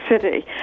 City